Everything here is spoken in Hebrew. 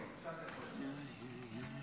אתם מחריבים את צבא העם.